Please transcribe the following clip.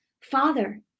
Father